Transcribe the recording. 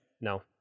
No